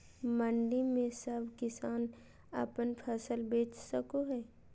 मंडी में सब किसान अपन फसल बेच सको है?